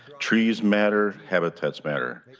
trees matter, habitats matter.